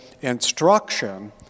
instruction